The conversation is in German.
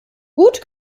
gut